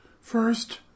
First